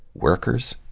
workers.